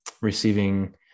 receiving